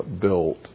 built